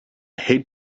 hate